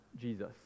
Jesus